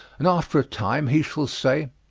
and after a time he shall say,